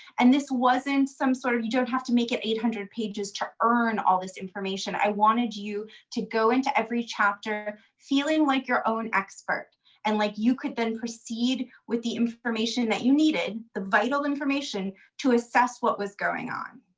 and this wasn't some sort of you don't have to make it eight hundred pages to earn all of this information. i wanted you to go into every chapter feeling like your own expert and like you can then proceed with the information that you needed, the vital information to assess what was going on.